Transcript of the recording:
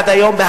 עד היום,